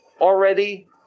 already